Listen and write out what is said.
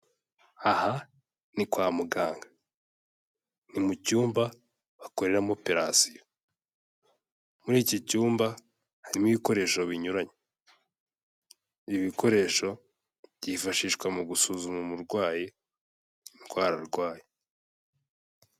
Aha ni kwa muganga, ni mu cyumba bakoreramo operation, muri iki cyumba harimo ibikoresho binyuranye, ibi bikoresho byifashishwa mu gusuzuma umurwayi indwara arwaye.